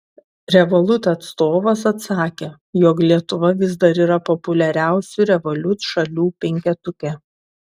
revolut atstovas atsakė jog lietuva vis dar yra populiariausių revolut šalių penketuke